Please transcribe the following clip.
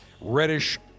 reddish